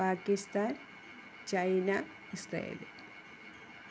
Pakistan China Israel